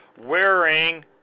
wearing